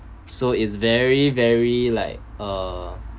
so is very very like uh